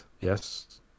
yes